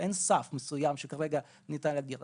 אין סף מסוים שכרגע ניתן להגיע אליו,